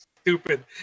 stupid